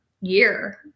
year